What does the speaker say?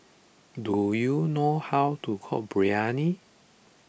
do you know how to cook Biryani